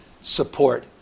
support